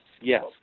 yes